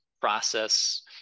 process